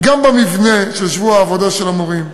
גם במבנה של שבוע העבודה של המורים,